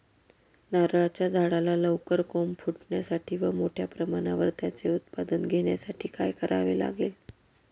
नारळाच्या झाडाला लवकर कोंब फुटण्यासाठी व मोठ्या प्रमाणावर त्याचे उत्पादन घेण्यासाठी काय करावे लागेल?